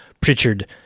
Pritchard